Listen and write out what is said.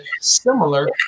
similar